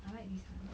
I like this [one]